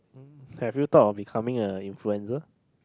have you thought of becoming a influencer